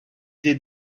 des